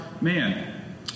man